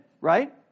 right